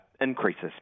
increases